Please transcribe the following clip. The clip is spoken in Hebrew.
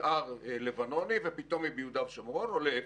מתאר לבנוני ופתאום היא ביהודה ושומרון או להפך.